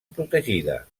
protegida